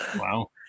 wow